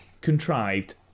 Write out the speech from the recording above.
contrived